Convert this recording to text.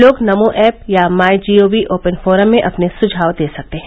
लोग नमो ऐप या MyGov open forum में अपने सुझाव दे सकते हैं